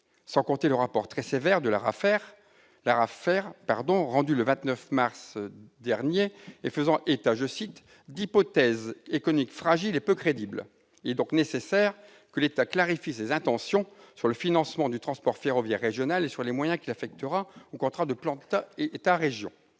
des activités ferroviaires et routières, rendu le 29 mars 2017 et faisant état « d'hypothèses économiques fragiles et peu crédibles »... Il est donc nécessaire que l'État clarifie ses intentions sur le financement du transport ferroviaire régional et sur les moyens qu'il affectera aux contrats de plan État-régions.